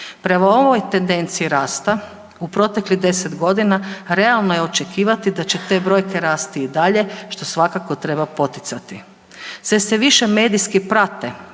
Prema ovoj tendenciji rasta u proteklih 10 godina realno je očekivati da će te brojke rasti i dalje što svakako treba poticati. Sve se više medijski prate